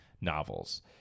novels